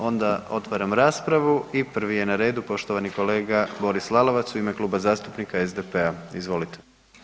Onda otvaram raspravu i prvi je na redu poštovani kolega Boris Lalovac u ime Kluba zastupnika SDP-a, izvolite.